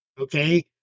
Okay